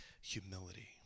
humility